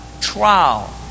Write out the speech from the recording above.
Trial